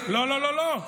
לא לא לא,